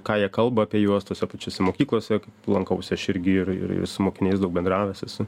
ką jie kalba apie juos tose pačiose mokyklose lankausi aš irgi ir ir su mokiniais daug bendravęs esu